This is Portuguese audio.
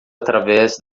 através